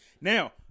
Now